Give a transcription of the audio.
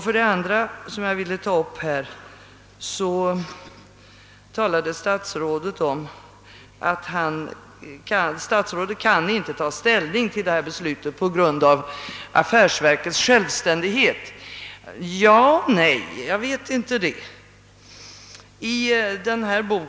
För det andra vill jag ta upp statsrådets yttrande att han inte kan ta ställning till detta beslut med hänsyn till affärsverkets självständighet. Ja och nej! Jag är inte säker på att det är riktigt.